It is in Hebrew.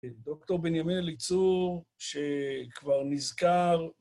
דוקטור בנימין אליצור שכבר נזכר